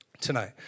tonight